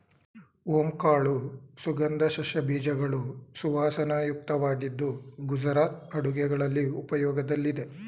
ಓಂ ಕಾಳು ಸುಗಂಧ ಸಸ್ಯ ಬೀಜಗಳು ಸುವಾಸನಾಯುಕ್ತವಾಗಿದ್ದು ಗುಜರಾತ್ ಅಡುಗೆಗಳಲ್ಲಿ ಉಪಯೋಗದಲ್ಲಿದೆ